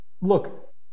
look